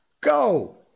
Go